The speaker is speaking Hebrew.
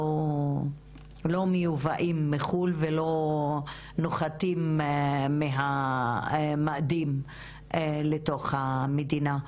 הם לא מיובאים מחו"ל ולא נוחתים מהמאדים לתוך המדינה.